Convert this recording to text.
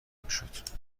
میشد